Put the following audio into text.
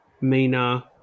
Mina